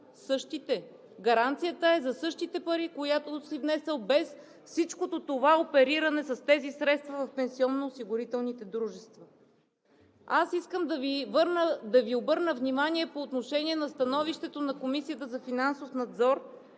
същите. Гаранцията е за същите пари, които си внесъл, без всичкото това опериране с тези средства в пенсионноосигурителните дружества. Аз искам да Ви обърна внимание по отношение на становището на Комисията за финансов надзор,